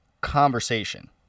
conversation